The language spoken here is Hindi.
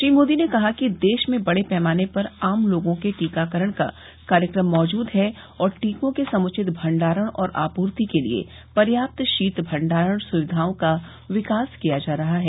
श्री मोदी ने कहा कि देश में बड़े पैमाने पर आम लोगों के टीकाकरण का कार्यक्रम मौजूद है और टीकों के समुचित भंडारण और आपूर्ति के लिए पर्याप्त शीत भंडारण सुविधाओं का विकास किया जा रहा है